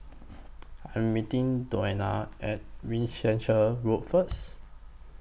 I Am meeting Dione At Winchester Road First